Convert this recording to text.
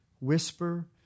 whisper